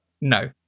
no